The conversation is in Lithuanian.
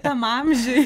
tam amžiui